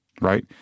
right